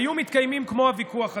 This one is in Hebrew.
היו מתקיימים כמו הוויכוח הזה.